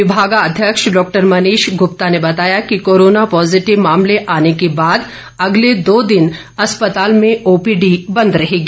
विभागाध्यक्ष डॉक्टर मनीष गुप्ता ने बताया कि कोरोना पॉज़िटिव मामले आने के बाद अगले दो दिन अस्पताल में ओपीडी बंद रहेगी